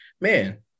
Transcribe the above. man